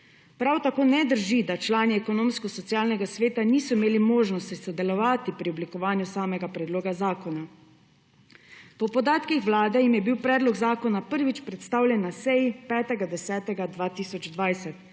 Prav tako ne drži, da člani Ekonomsko-socialnega sveta niso imeli možnosti sodelovati pri oblikovanju samega predloga zakona. Po podatkih vlade jim je bil predlog zakona prvič predstavljen na seji 5. 10. 2020,